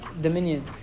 dominion